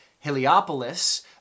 Heliopolis